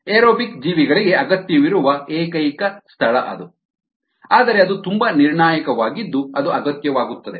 aerobic ಜೀವಿಗಳಿಗೆ ಅಗತ್ಯವಿರುವ ಏಕೈಕ ಸ್ಥಳ ಅದು ಆದರೆ ಅದು ತುಂಬಾ ನಿರ್ಣಾಯಕವಾಗಿದ್ದು ಅದು ಅಗತ್ಯವಾಗುತ್ತದೆ